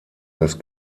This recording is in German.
das